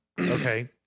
Okay